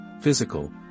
physical